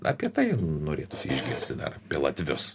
apie tai norėtųsi išgirsti dar apie latvius